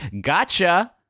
Gotcha